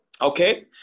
Okay